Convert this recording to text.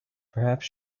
perhaps